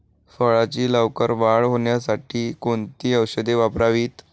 फळाची लवकर वाढ होण्यासाठी कोणती औषधे वापरावीत?